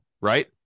right